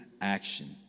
action